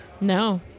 No